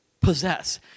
possess